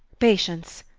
patience,